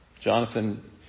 Jonathan